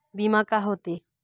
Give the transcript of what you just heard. बीमा का होते?